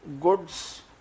Goods